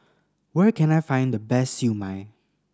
where can I find the best Siew Mai